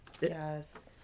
Yes